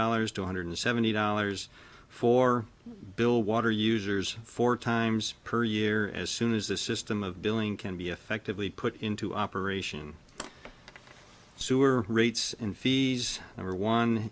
dollars two hundred seventy dollars for bill water users four times per year as soon as the system of billing can be effectively put into operation sewer rates in fees are one